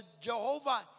Jehovah